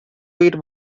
oír